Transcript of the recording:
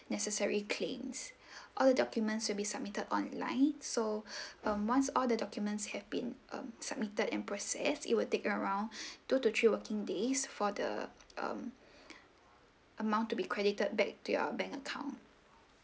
necessary claims all the documents will be submitted online so um once all the documents have been um submitted and process it would take around two to three working days for the um amount to be credited back to your bank account